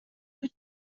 бүт